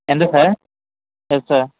ఎంత sir yes sir